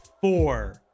four